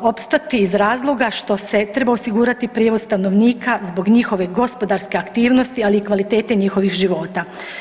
opstati iz razloga što se treba osigurati prijevoz stanovnika zbog njihove gospodarske aktivnosti ali i kvalitete njihovih života.